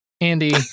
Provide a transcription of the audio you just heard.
Andy